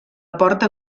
porta